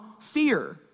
fear